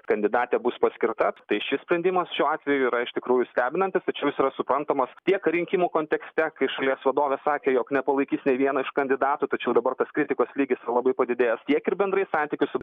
kandidatė bus paskirta tai šis sprendimas šiuo atveju yra iš tikrųjų stebinantis tačiau jis yra suprantamas tiek rinkimų kontekste kai šalies vadovė sakė jog nepalaikys nei vieno iš kandidatų tačiau dabar tas kritikos lygis yra labai padidėjęs tiek ir bendrai santykiu su